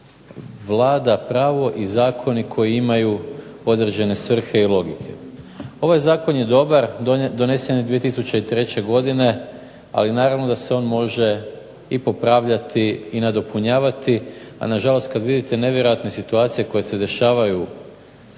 vlada pravo i zakoni koji imaju određene svrhe i logike. Ovaj zakon je dobar donesen je 2003. godine, ali naravno da se on može i popravljati i nadopunjavati, ali nažalost kada vidite nevjerojatne situacije koje se dešavaju